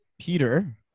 Peter